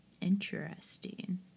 Interesting